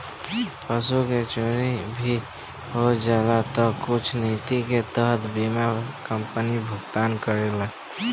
पशु के चोरी भी हो जाला तऽ कुछ निति के तहत बीमा कंपनी भुगतान करेला